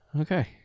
okay